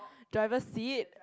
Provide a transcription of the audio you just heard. driver seat